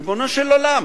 ריבונו של עולם,